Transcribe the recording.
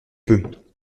peux